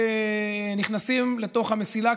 ונכנסים לתוך המסילה,